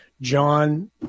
John